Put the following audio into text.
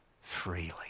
freely